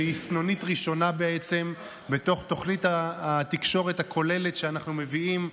שהיא סנונית ראשונה בעצם בתוך תוכנית התקשורת הכוללת שאנחנו מביאים.